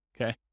okay